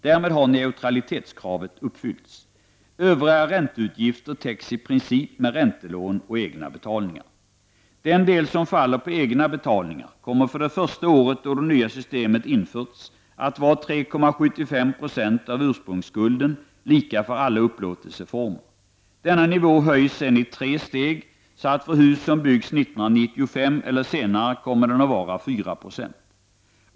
Därmed har neutralitetskraven uppfyllts. Övriga ränteutgifter täcks i princip med räntelån och egna betalningar. Den del som faller på egna betalningar kommer för det första året då det nya systemet införts att vara 3,75 % av ursprungsskulden, lika för alla upplåtelseformer. Denna nivå höjs sedan i tre steg så att den för hus som byggs 1995 eller senare kommer att vara 4 %.